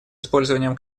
использованием